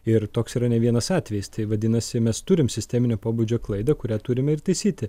ir toks yra ne vienas atvejis tai vadinasi mes turim sisteminio pobūdžio klaidą kurią turime ir taisyti